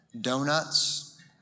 donuts